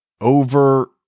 over